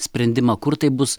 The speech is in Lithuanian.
sprendimą kur tai bus